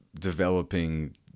developing